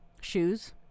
Shoes